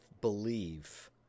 believe